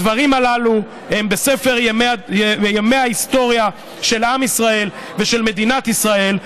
הדברים הללו הם בספר ימי ההיסטוריה של עם ישראל ושל מדינת ישראל,